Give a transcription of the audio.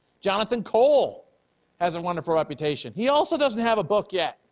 jonathan cole has a wonderful reputation. he also doesn't have a book yet,